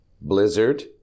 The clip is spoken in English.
blizzard